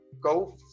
go